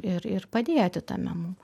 ir ir padėti tame mum